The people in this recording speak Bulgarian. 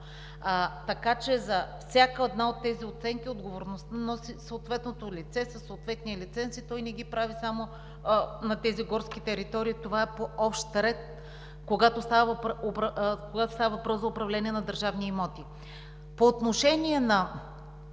За всяка една от тези оценки отговорността носи съответното лице със съответния лиценз и той не ги прави само на тези горски територии. Това е по общ ред, когато става въпрос за управление на държавни имоти. По отношение на